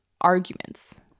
arguments